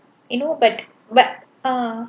you know but but uh